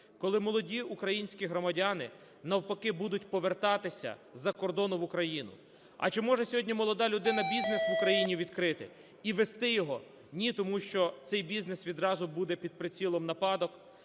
коли молоді українські громадяни навпаки будуть повертатися із-за кордону в Україну. А чи може сьогодні молода людина бізнес в Україні відкрити і вести його? Ні, тому що цей бізнес відразу буде під прицілом нападок,